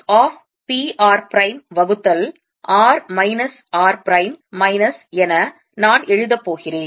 divergence of p r prime வகுத்தல் r minus r prime minus என நான் எழுத போகிறேன்